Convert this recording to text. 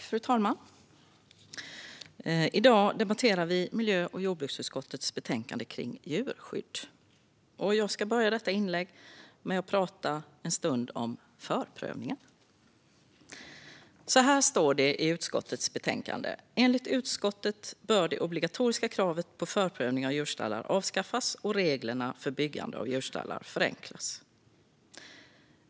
Fru talman! I dag debatterar vi miljö och jordbruksutskottets betänkande om djurskydd. Jag ska inleda detta inlägg med att tala en stund om förprövningar. Så här står det i utskottets betänkande: "Enligt utskottet bör det obligatoriska kravet på förprövning av djurstallar avskaffas och reglerna för byggande av djurstallar förenklas."